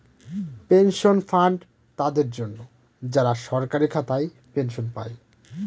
pension fund তাদের জন্য, যারা সরকারি খাতায় পেনশন পায়